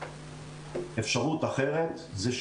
אפשרות אחרת היא,